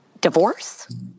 divorce